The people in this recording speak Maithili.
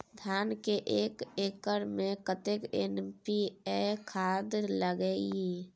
धान के एक एकर में कतेक एन.पी.ए खाद लगे इ?